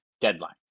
deadline